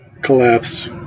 collapse